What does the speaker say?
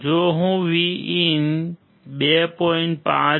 જો Vin 2